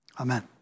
Amen